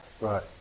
right